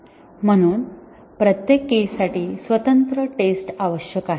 म्हणून प्रत्येक केससाठी स्वतंत्र टेस्ट आवश्यक आहे